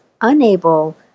unable